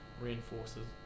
reinforces